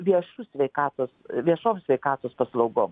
be viešu sveikatos viešom sveikatos paslaugom